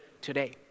today